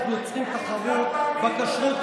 אנחנו יוצרים תחרות בכשרות,